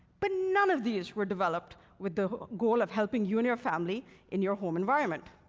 but none of these were developed with the goal of helping you and your family in your home environment.